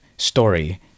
Story